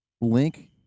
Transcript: link